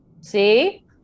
See